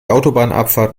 autobahnabfahrt